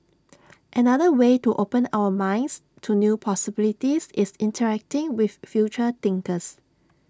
another way to open our minds to new possibilities is interacting with future thinkers